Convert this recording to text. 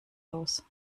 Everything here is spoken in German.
aus